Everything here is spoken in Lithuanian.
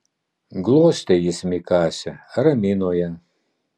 glostė jis mikasę ramino ją